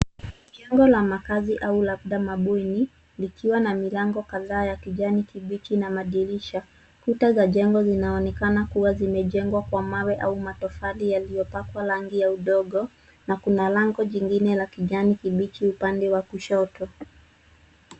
Jengo la makazi au labda mabweni likiwa na milango kadhaa ya kijani kibichi na madirisha. Kuta za jengo zinaonekana kuwa zimejengwa kwa mawe au matofali yaliyopakwa rangi ya udongo na kuna lango jingine la kijani kibichi upande wa kushoto.